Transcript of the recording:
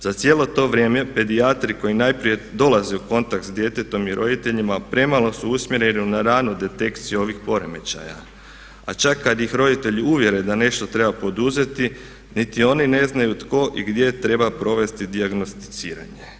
Za cijelo to vrijeme pedijatri koji najprije dolaze u kontakt s djetetom i roditeljima premalo su usmjereni na ranu detekciju ovih poremećaja, a čak i kad ih roditelji uvjere da nešto treba poduzeti niti oni ne znaju tko i gdje treba provesti dijagnosticiranje.